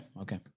Okay